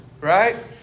right